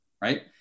right